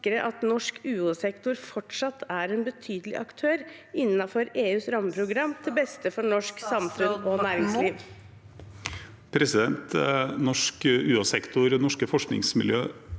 at norsk UH-sektor fortsatt er en betydelig aktør innenfor EUs rammeprogram, til beste for norsk samfunns- og næringsliv?